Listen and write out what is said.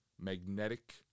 magnetic